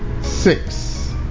six